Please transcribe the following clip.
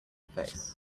face